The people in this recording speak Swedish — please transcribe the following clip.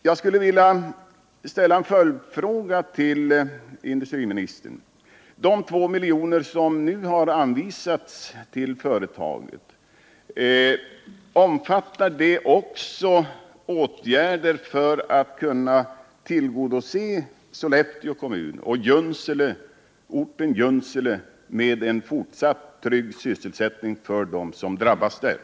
Jag vill ställa en följdfråga till industriministern: Omfattar de 2 milj.kr. som nu har anvisats till företaget också åtgärder för att tillgodose Sollefteå kommun och orten Junsele med en fortsatt trygg sysselsättning för dem som där drabbats?